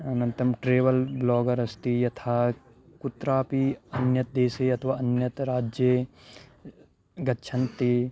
अनन्तरं ट्रेवल् ब्लोगरस्ति यथा कुत्रापि अन्यत् देशे अथवा अन्यत् राज्ये गच्छन्ति